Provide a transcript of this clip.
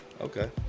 Okay